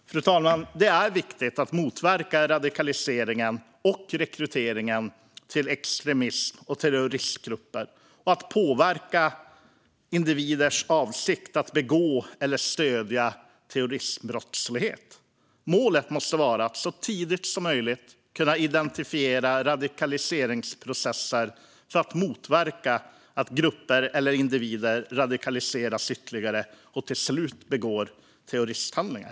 Fru talman! Det är viktigt att motverka radikaliseringen och rekryteringen till extremist och terroristgrupper och att påverka individers avsikt att begå eller stödja terroristbrottslighet. Målet måste vara att så tidigt som möjligt kunna identifiera radikaliseringsprocesser för att motverka att grupper eller individer radikaliseras ytterligare och till slut begår terroristhandlingar.